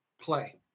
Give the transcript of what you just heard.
play